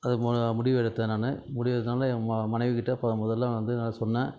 அது மு முடிவு எடுத்தேன் நான் முடிவு எடுத்ததுனால் என் ம மனைவிக்கிட்ட முதலில் வந்து நான் சொன்னேன்